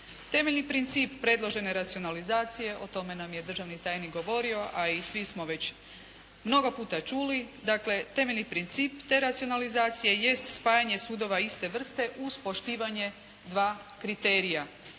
Temeljni princip predložene racionalizacije, o tome nam je državni tajnik govorio, a i svi smo već mnogo puta čuli. Dakle, temeljni princip te racionalizacije jest spajanje sudova iste vrste uz poštivanje dva kriterija.